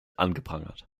angeprangert